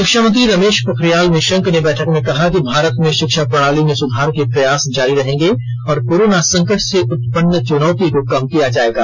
शिक्षा मंत्री रमेश पोखरियाल निशंक ने बैठक में कहा कि भारत में शिक्षा प्रणाली में सुधार के प्रयास जारी रहेंगे और कोरोना संकट से उत्पन्न चुनौती को कम किया जाएगा